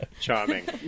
charming